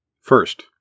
First